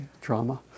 Drama